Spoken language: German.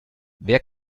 wer